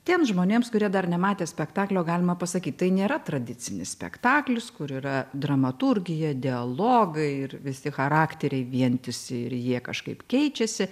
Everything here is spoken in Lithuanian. tiems žmonėms kurie dar nematė spektaklio galima pasakyt tai nėra tradicinis spektaklis kur yra dramaturgija dialogai ir visi charakteriai vientisi ir jie kažkaip keičiasi